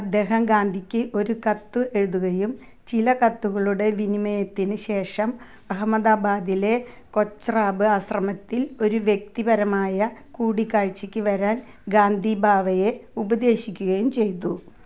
അദ്ദേഹം ഗാന്ധിക്ക് ഒരു കത്ത് എഴുതുകയും ചില കത്തുകളുടെ വിനിമയത്തിന് ശേഷം അഹമ്മദാബാദിലെ കൊച്രാബ് ആശ്രമത്തിൽ ഒരു വ്യക്തിപരമായ കൂടിക്കാഴ്ച്ചക്ക് വരാൻ ഗാന്ധി ഭാവെയെ ഉപദേശിക്കുകയും ചെയ്തു